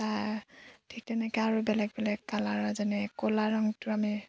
তাৰ ঠিক তেনেকৈ আৰু বেলেগ বেলেগ কালাৰ যেনে ক'লা ৰংটো আমি